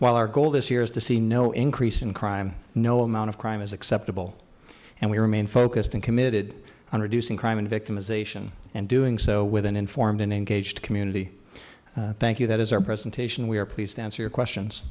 while our goal this year is to see no increase in crime no amount of crime is acceptable and we remain focused and committed on reducing crime victimization and doing so with an informed and engaged community thank you that is our presentation we are pleased to answer your questions